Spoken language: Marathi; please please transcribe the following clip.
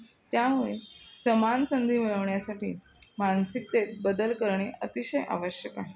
त्यामुळे समान संधी मिळवण्यासाठी मानसिकतेत बदल करणे अतिशय आवश्यक आहे